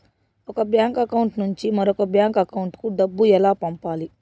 ఒక bank account నుంచి మరొక బ్యాంకు అకౌంట్ కు డబ్బు ఎలా పంపాలి